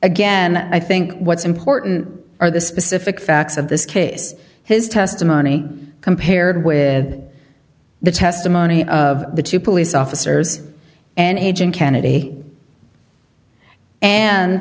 again i think what's important are the specific facts of this case his testimony compared with the testimony of the two police officers and agent kennedy and